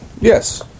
Yes